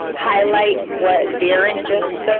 highlight what viren just